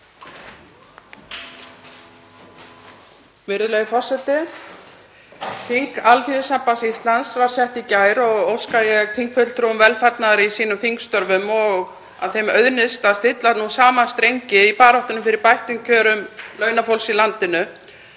Virðulegur forseti. Þing Alþýðusambands Íslands var sett í gær og óska ég þingfulltrúum velfarnaðar í þingstörfum sínum og að þeim auðnist að stilla saman strengi í baráttunni fyrir bættum kjörum launafólks í landinu